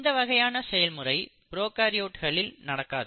இந்த வகையான செயல்முறை ப்ரோகாரியோட்களில் நடக்காது